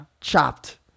Chopped